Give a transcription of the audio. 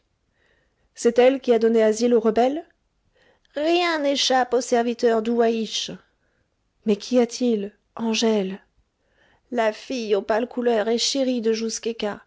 c'est elle qui a donné asile au rebelle rien n'échappe aux serviteurs d'ouahiche mais qu'y a-t-il angèle la fille aux pâles couleurs est chérie de